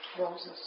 Roses